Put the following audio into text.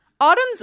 Autumn's